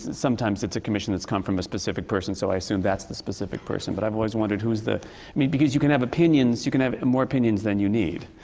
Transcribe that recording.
sometimes it's a commission that's come from a specific person. so, i assume that's the specific person. but i've always wondered, who is the i mean, because you can have opinions. you can have more opinions than you need.